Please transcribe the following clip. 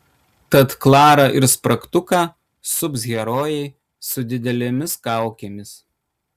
tad klarą ir spragtuką sups herojai su didelėmis kaukėmis